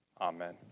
Amen